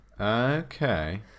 Okay